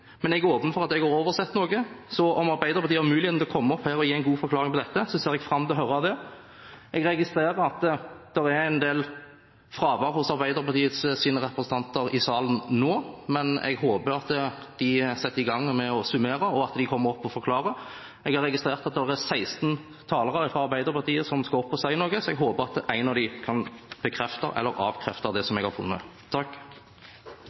åpen for at jeg har oversett noe. Så om Arbeiderpartiet har muligheten til å komme opp her og gi en god forklaring på dette, ser jeg fram til å høre det. Jeg registrerer at det er en del fravær blant Arbeiderpartiets representanter i salen nå, men jeg håper at de setter i gang med å summere, og at de kommer opp og forklarer. Jeg har registrert at det er 16 talere fra Arbeiderpartiet som skal opp og si noe, og jeg håper en av dem kan bekrefte eller avkrefte det